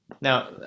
Now